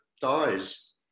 dies